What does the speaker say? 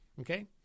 Okay